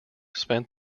spent